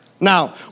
Now